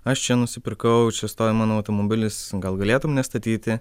aš čia nusipirkau čia stovi mano automobilis gal galėtum nestatyti